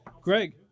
Greg